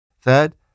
Third